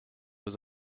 was